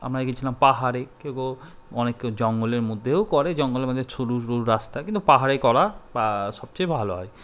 আমরা গিয়েছিলাম পাহাড়ে কেউ কেউ অনেকউ জঙ্গলের মধ্যেও করে জঙ্গলের মধ্যে শরু শরু রাস্তা কিন্তু পাহাড়ে করা সবচেয়ে ভালো হয়